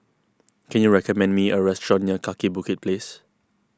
can you recommend me a restaurant near Kaki Bukit Place